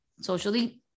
socially